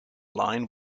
line